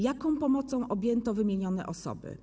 Jaką pomocą objęto wymienione osoby?